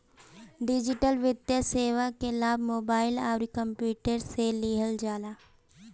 digital वित्तीय सेवा कअ लाभ मोबाइल अउरी कंप्यूटर से लिहल जाला